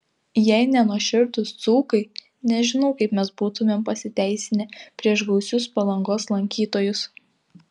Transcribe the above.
jei ne nuoširdūs dzūkai nežinau kaip mes būtumėm pasiteisinę prieš gausius palangos lankytojus